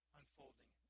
unfolding